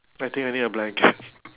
I think I need a blanket